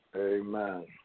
Amen